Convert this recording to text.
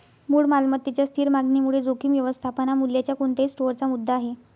मूळ मालमत्तेच्या स्थिर मागणीमुळे जोखीम व्यवस्थापन हा मूल्याच्या कोणत्याही स्टोअरचा मुद्दा आहे